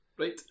right